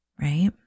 right